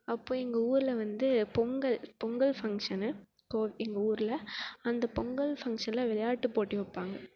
அப்போ எங்கள் ஊரில் வந்து பொங்கல் பொங்கல் ஃபங்க்ஷனு கோ எங்கள் ஊரில் அந்த பொங்கல் ஃபங்க்ஷனில் விளையாட்டு போட்டி வைப்பாங்க